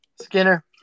skinner